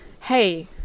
hey